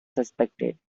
suspected